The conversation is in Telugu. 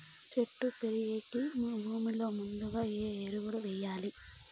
చెట్టు పెరిగేకి భూమిలో ముందుగా ఏమి ఎరువులు వేయాలి?